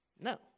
No